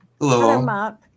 Hello